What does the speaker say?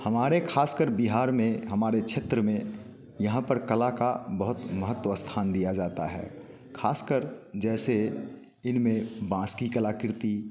हमारे खासकर बिहार में हमारे क्षेत्र में यहाँ पर कला का बहुत महत्व स्थान दिया जाता है खासकर जैसे इनमें बाँस की कलाकृति